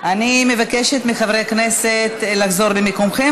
אני מבקשת מחברי הכנסת לחזור למקומכם,